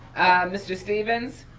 mr. stevens?